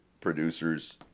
producers